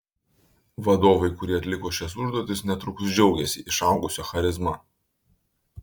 vadovai kurie atliko šias užduotis netrukus džiaugėsi išaugusia charizma